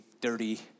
dirty